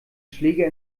schläger